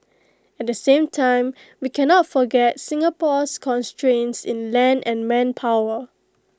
at the same time we cannot forget Singapore's constraints in land and manpower